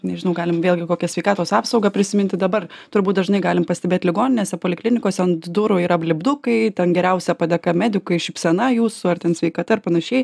nežinau galim vėlgi kokią sveikatos apsaugą prisiminti dabar turbūt dažnai galim pastebėt ligoninėse poliklinikose ant durų yra lipdukai ten geriausia padėka medikui šypsena jūsų ar ten sveikata ir panašiai